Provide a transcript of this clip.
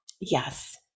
yes